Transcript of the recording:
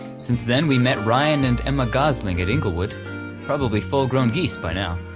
since then we met ryan and emma gosling at inglewood probably full grown geese by now.